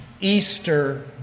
Easter